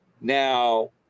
now